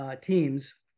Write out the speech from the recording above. teams